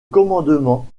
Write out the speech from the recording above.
commandement